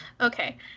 Okay